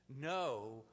no